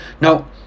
now